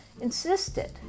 insisted